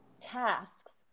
tasks